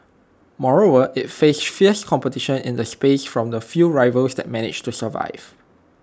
moreover IT faced fierce competition in the space from the few rivals that managed to survive